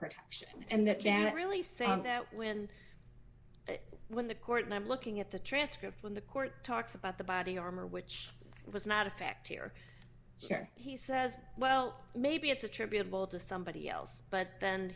protection and that and really saying that when when the court and i'm looking at the transcript when the court talks about the body armor which was not a fact here where he says well maybe it's attributable to somebody else but then